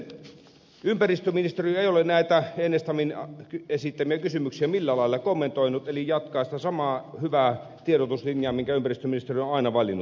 sitten ympäristöministeri ei ole näitä enestamin esittämiä kysymyksiä millään lailla kommentoinut eli jatkaa sitä samaa hyvää tiedotuslinjaa jonka ympäristöministeriö on aina valinnut